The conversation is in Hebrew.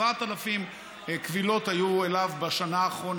7,000 קבילות היו אליו בשנה האחרונה,